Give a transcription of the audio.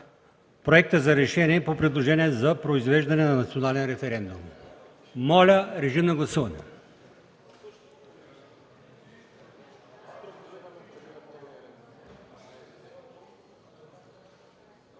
проекта за решение по предложение за произвеждане на Национален референдум. Моля, гласувайте.